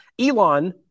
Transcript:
Elon